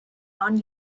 non